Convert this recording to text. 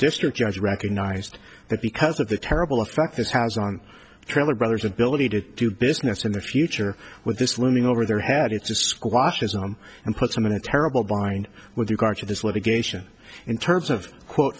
district judge recognized that because of the terrible effect this has on trailer brothers ability to do business in the future with this looming over their head it's a squashes him and puts them in a terrible bind with regard to this litigation in terms of quote